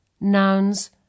Nouns